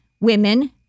women